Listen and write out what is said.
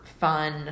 fun